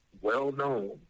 well-known